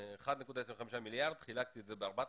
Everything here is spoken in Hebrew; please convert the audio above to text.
ה-1.25 מיליארד שקלים וחילקתי ב-4,000.